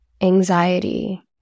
Anxiety